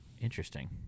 Interesting